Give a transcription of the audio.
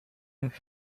with